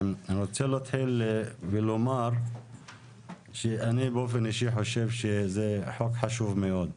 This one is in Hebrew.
אני רוצה להתחיל ולומר שאני באופן אישי חושב שזה חוק חשוב מאוד.